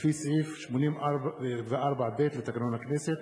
לפי סעיף 84(ב) לתקנון הכנסת,